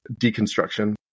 deconstruction